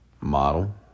model